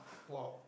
!wow!